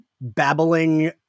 babbling